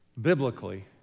Biblically